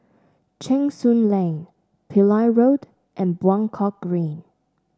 Cheng Soon Lane Pillai Road and Buangkok Green